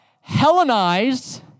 Hellenized